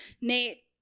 Nate